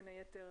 בין היתר